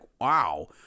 Wow